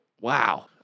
Wow